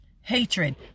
Hatred